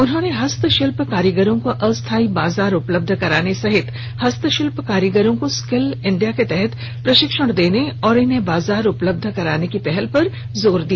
उन्होंने हस्तंशिल्प कारीगरों को अस्थाई बाजार उपलब्ध कराने सहित हस्तशिल्प कारीगरों को स्किल इंडिया के तहत प्रशिक्षण देने एवं इन्हें बाजार उपलब्ध कराने की पहल करने पर जोर दिया